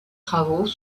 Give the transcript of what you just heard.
travaux